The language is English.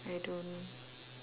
I don't